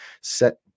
set